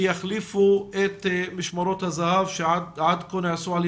שיחליפו את משמרות הזה"ב שעד כה נעשו על